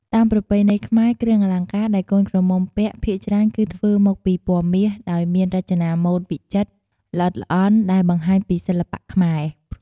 តាមប្រពៃណីខ្មែរ គ្រឿងអលង្ការដែលកូនក្រមុំពាក់ភាគច្រើនគឺធ្វើមកពី ពណ៌មាស ដោយមានរចនាម៉ូដវិចិត្រ ល្អិតល្អន់ ដែលបង្ហាញពីសិល្បៈខ្មែរ។